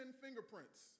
fingerprints